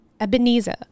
Ebenezer